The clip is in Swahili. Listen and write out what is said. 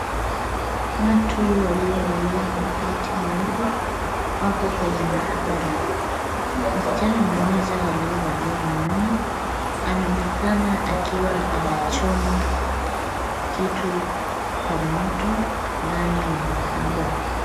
Watu waliovalia makoti meupe wapo kwenye maabara. Msichana mmoja aliyevalia miwani anaonekana akiwa anachoma kitu kwa moto ndani ya maabara.